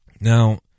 Now